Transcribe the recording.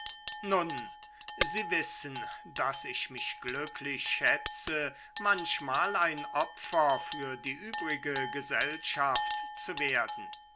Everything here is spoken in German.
nun sie wissen daß ich mich glücklich schätze manchmal ein opfer für die übrige gesellschaft zu werden